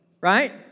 right